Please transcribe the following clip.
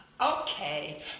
Okay